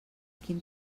quin